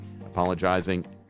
apologizing